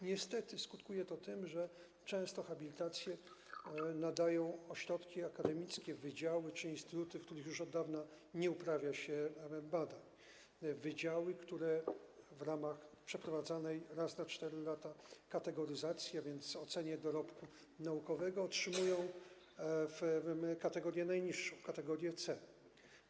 Niestety skutkuje to tym, że często habilitacje nadają ośrodki akademickie, wydziały czy instytuty, w których już od dawna nie uprawia się badań, wydziały, które w ramach przeprowadzanej raz na 4 lata kategoryzacji, czyli oceny dorobku naukowego, otrzymują kategorię najniższą, kategorię C.